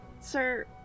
Sir